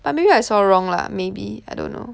but maybe I saw wrong lah maybe I don't know